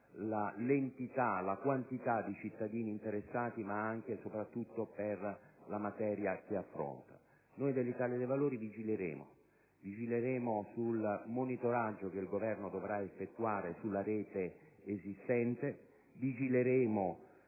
solo per la quantità di cittadini interessati, ma soprattutto per la materia che affronta. Noi dell'Italia dei Valori vigileremo sul monitoraggio che il Governo dovrà effettuare sulla rete esistente; vigileremo